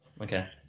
okay